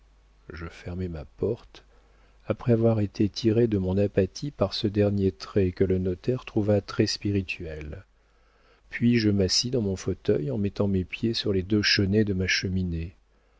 je fermai ma porte après avoir été tiré de mon apathie par ce dernier trait que le notaire trouva très spirituel puis je m'assis dans mon fauteuil en mettant mes pieds sur les deux chenets de ma cheminée